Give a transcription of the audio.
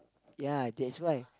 ya that's why